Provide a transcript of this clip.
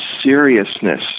seriousness